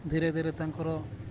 ଧୀରେ ଧୀରେ ତାଙ୍କର